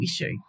issue